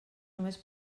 només